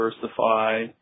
diversify